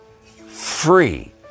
Free